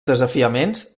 desafiaments